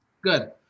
Good